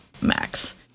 Max